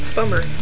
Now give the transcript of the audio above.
Bummer